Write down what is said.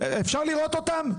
אפשר לראות אותם?